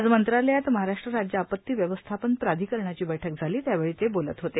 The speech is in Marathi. आज मंत्रालयात महाराष्ट्र राज्य आपत्ती व्यवस्थापन प्राधिकरणाची बैठक झाली त्यावेळी ते बोलत होते